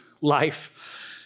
life